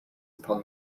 upon